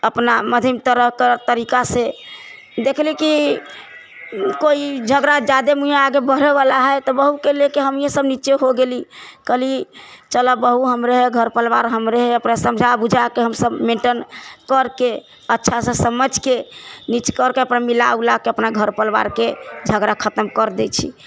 अपना मध्यम तरहके तरिकासँ देखली कि कोइ झगड़ा जादा मुँहे आगे बढ़ैवला है तऽ बहुके लए के हमही सब निच्चे हो गेली कहली चलऽ बहु हमरे है घर परिवार हमरे है समझा बुझाके हम सब मेन्टेन करके अच्छासँ समझके नीच करके अपना मिला उलाके अपना घर परिवारके झगड़ा खतम कर दै छी